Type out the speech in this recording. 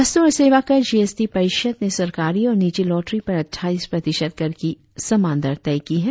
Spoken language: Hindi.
वस्तु और सेवा कर जी एस टी परिषद ने सरकारी और निजी लॉटरी पर अटटाईस प्रतिशत कर की समान दर तय की है